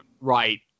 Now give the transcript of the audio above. Right